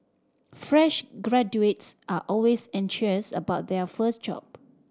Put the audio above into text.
fresh graduates are always anxious about their first job